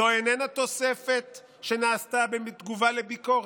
זו איננה תוספת שנעשתה בתגובה על ביקורת.